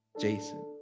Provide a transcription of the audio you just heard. Jason